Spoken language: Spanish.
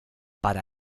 para